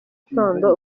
gitondo